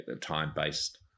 time-based